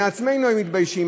מעצמנו היינו מתביישים.